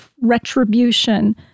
retribution